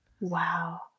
wow